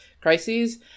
crises